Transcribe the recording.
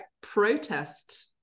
protest